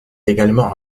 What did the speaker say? également